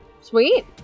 Sweet